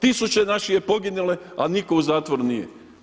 Tisuće naših je poginulo, a nitko u zatvoru nije.